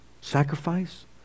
sacrifice